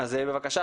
בבקשה,